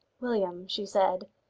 william, she said,